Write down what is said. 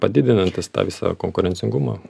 padidinantis tą visą konkurencingumą